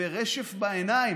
ורשף בעיניים,